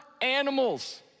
animals